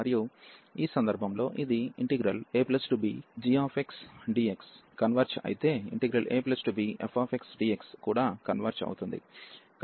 మరియు ఈ సందర్భంలో ఇది abgxdx కన్వెర్జ్ అయితే abfxdx కూడా కన్వెర్జ్ అవుతుంది